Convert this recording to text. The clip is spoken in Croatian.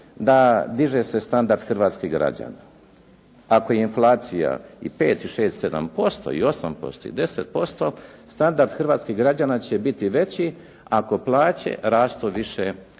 da diže se standard hrvatskih građana. Ako je inflacija i 5 i 6 i 7% i 8% i 10% standard hrvatskih građana će biti veći ako plaće rastu više